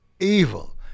evil